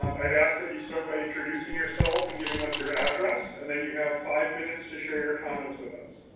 um i'd ask that you start by introducing yourself and giving us your address, and then you have five minutes to share your comments with us.